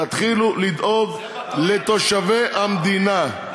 תתחילו לדאוג לתושבי המדינה.